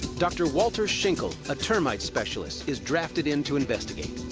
dr. walter tschinkel, a termite specialist, is drafted in to investigate.